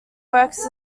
works